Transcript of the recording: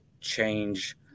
change